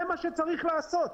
זה מה שצריך לעשות.